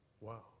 Wow